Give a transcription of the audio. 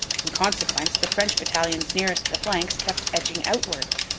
in consequence, the french battalions nearest the flanks kept edging outwards,